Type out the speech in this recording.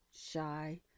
shy